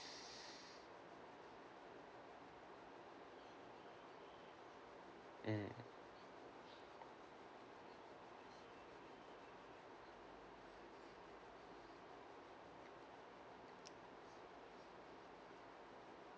mm